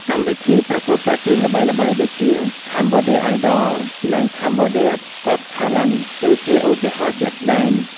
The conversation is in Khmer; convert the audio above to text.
កម្មវិធីប្រកួតប្រជែងល្បីៗដូចជា Cambodia Idol និង Cambodia's Got Talent គឺជាឧទាហរណ៍ជាក់ស្តែង។